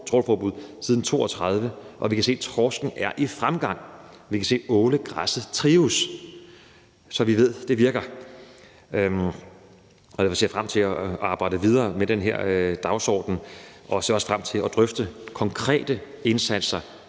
siden 1932, og vi kan se, at torsken er i fremgang, og vi kan se, at ålegræsset trives, så vi ved, det virker. Jeg ser frem til at arbejde videre med den her dagsorden, og jeg ser også frem til at drøfte både konkrete indsatser